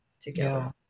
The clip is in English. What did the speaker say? together